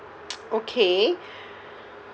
okay